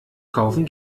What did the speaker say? kaufen